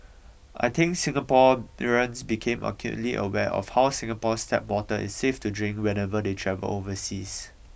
I think Singapore become acutely aware of how Singapore's tap water is safe to drink whenever they travel overseas